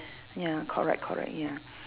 ya correct correct ya